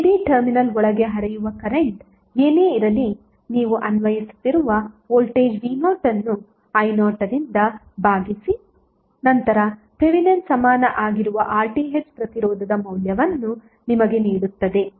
a b terminal ಒಳಗೆ ಹರಿಯುವ current ಏನೇ ಇರಲಿ ನೀವು ಅನ್ವಯಿಸುತ್ತಿರುವ ವೋಲ್ಟೇಜ್ v0ಅನ್ನುi0ರಿಂದ ಭಾಗಿಸಿ ನಂತರ ಥೆವೆನಿನ್ ಸಮಾನ ಆಗಿರುವ RTh ಪ್ರತಿರೋಧದ ಮೌಲ್ಯವನ್ನು ನಿಮಗೆ ನೀಡುತ್ತದೆ